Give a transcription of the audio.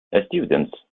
students